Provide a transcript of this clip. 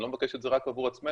אני לא מבקש את זה רק עבור עצמנו,